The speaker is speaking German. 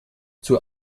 zur